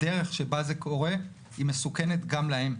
הדרך שבה זה קורה היא מסוכנת גם להם.